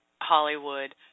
Hollywood